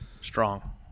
Strong